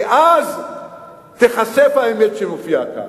כי אז תיחשף האמת שמופיעה כאן.